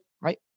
right